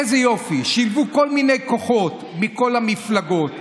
איזה יופי: שילבו כל מיני כוחות מכל המפלגות,